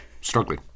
struggling